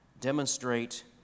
demonstrate